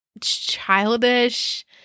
childish